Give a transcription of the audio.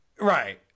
Right